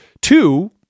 Two